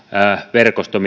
verkosto